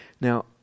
Now